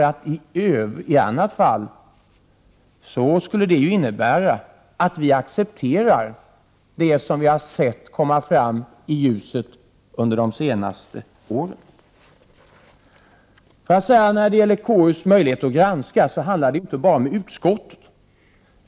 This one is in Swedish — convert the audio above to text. Att påstå något annat skulle innebära att vi accepterar det som vi har sett komma fram i ljuset under de senaste åren. När det gäller konstitutionsutskottets möjligheter att granska vill jag säga att det inte bara handlar om utskottet.